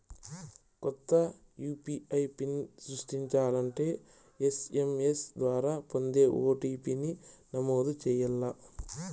కొత్త UPI pin సృష్టించాలంటే SMS ద్వారా పొందే ఓ.టి.పి.ని నమోదు చేయాల్ల